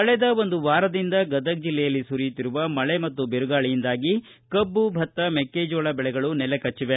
ಕಳೆದ ಒಂದು ವಾರದಿಂದ ಗದಗ ಜಿಲ್ಲೆಯಲ್ಲಿ ಸುರಿಯುತ್ತಿರುವ ಮಳೆ ಮತ್ತು ಬಿರುಗಾಳಿಯಿಂದಾಗಿ ಕಬ್ಬು ಭತ್ತ ಮೆಕ್ಕೆಜೋಳ ಬೆಳೆಗಳು ನೆಲಕಚ್ವವೆ